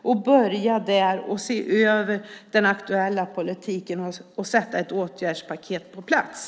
Man kan börja där, se över den aktuella politiken och sätta ett åtgärdspaket på plats.